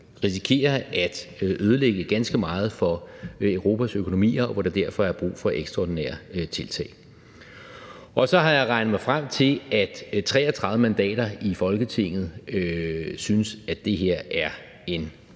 risikerer at ødelægge ganske meget for Europas økonomier, og hvor der derfor er brug for ekstraordinære tiltag. Så har jeg regnet mig frem til, at 33 mandater i Folketinget synes, at det her er en